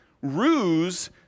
ruse